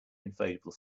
inflatable